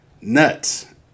Nuts